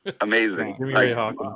amazing